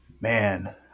Man